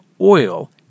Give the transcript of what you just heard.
oil